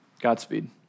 Godspeed